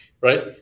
right